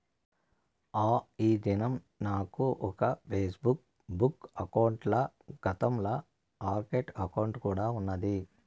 ఆ, ఈ దినం నాకు ఒక ఫేస్బుక్ బుక్ అకౌంటల, గతంల ఆర్కుట్ అకౌంటు కూడా ఉన్నాది